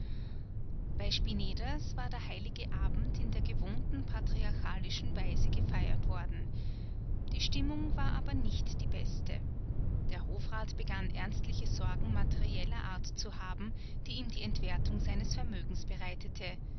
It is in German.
bei spineders war der heilige abend in der gewohnten patriarchalischen weise gefeiert worden die stimmung war aber nicht die beste der hofrat begann ernstliche sorgen materieller art zu haben die ihm die entwertung seines vermögens bereitete